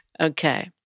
Okay